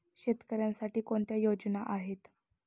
शेतकऱ्यांसाठी कोणत्या योजना आहेत?